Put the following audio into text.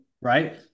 Right